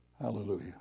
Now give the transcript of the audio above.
Hallelujah